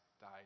died